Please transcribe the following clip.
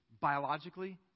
biologically